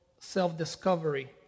self-discovery